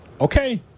Okay